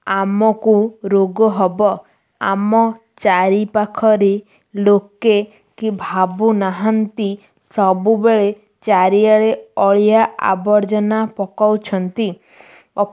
ଆମକୁ ରୋଗ ହେବ ଆମ ଚାରିପାଖରେ ଲୋକେ କି ଭାବୁନାହାନ୍ତି ସବୁବେଳେ ଚାରିଆଡ଼େ ଅଳିଆ ଆବର୍ଜନା ପକାଉଛନ୍ତି